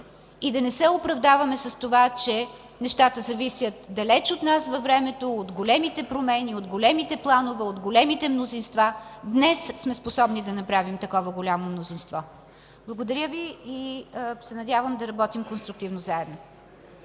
и да не се оправдаваме с това, че нещата зависят далеч от нас във времето, от големите промени, от големите планове, от големите мнозинства. Днес сме способни да направим такова голямо мнозинство. Благодаря Ви и се надявам да работим конструктивно заедно.